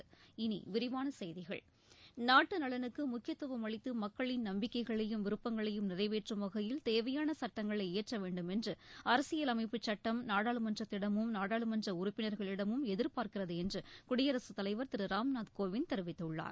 இனி விரிவான செய்திகள் நாட்டு நலனுக்கு முக்கியத்துவம் அளித்து மக்களின் நம்பிக்கைகளையும் விருப்பங்களையும் நிறைவேற்றும் வகையில் தேவையான சுட்டங்களை இயற்ற வேண்டும் என்று அரசியலமைப்புச் சுட்டம் நாடாளுமன்றத்திடமும் நாடாளுமன்ற உறுப்பினர்களிடமும் எதிர்பார்க்கிறது என்று குடியரசுத் தலைவர் திரு ராம்நாத் கோவிந்த் தெரிவித்துள்ளார்